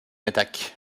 attaque